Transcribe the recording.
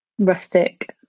Rustic